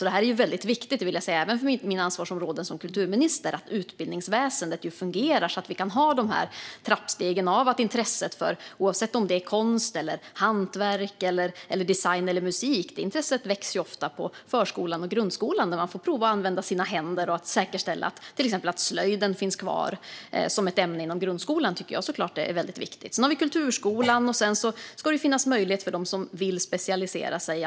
Det är alltså viktigt även för mina ansvarsområden som kulturminister att utbildningsväsendet fungerar och att vi kan ha dessa trappsteg så att intresset för konst, hantverk, design eller musik väcks på förskola och grundskola när man får pröva att använda sina händer. Att säkerställa att slöjden finns kvar som ett ämne i grundskolan är därför också viktigt. Vidare finns kulturskolan. Det ska också finnas möjlighet och förutsättningar för den som vill specialisera sig.